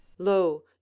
lo